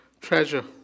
treasure